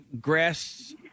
grass